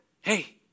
hey